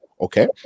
Okay